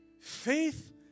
Faith